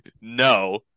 No